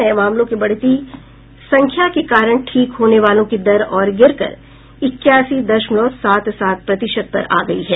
नए मामलों की बढ़ती संख्या के कारण ठीक होने वालों की दर और गिरकर इक्यासी दशलमव सात सात प्रतिशत पर आ गई है